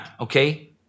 Okay